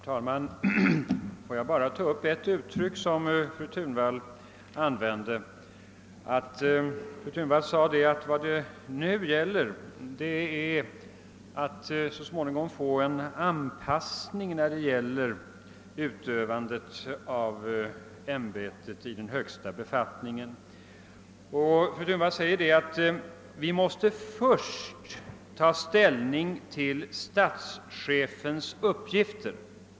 Herr talman! Jag vill ta upp ett uttryck som fru Thunvall använde. Fru Thunvall sade att vad det nu gäller är att så småningom få till stånd en anpassning när det gäller utövandet av ämbetet i den högsta befattningen — och att vi först måste ta ställning till statschefens uppgifter.